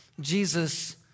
Jesus